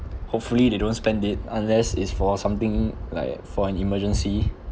hopefully they don't spend it unless it's for something like for an emergency